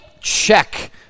Check